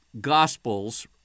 Gospels